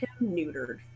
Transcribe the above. neutered